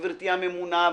גברתי הממונה,